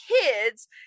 kids